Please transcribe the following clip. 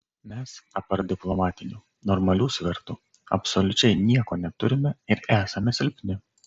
mes apart diplomatinių normalių svertų absoliučiai nieko neturime ir esame silpni